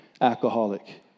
alcoholic